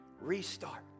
restart